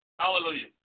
Hallelujah